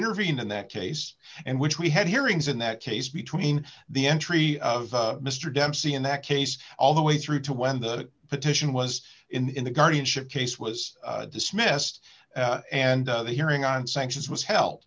intervened in that case and which we had hearings in that case between the entry of mr dempsey in that case all the way through to when the petition was in the guardianship case was dismissed and the hearing on sanctions was hel